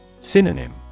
Synonym